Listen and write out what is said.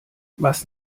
was